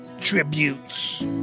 tributes